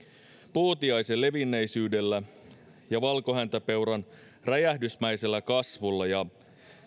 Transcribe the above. puutiaisen levinneisyydellä ja valkohäntäpeuran räjähdysmäisellä kasvulla ja